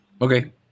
okay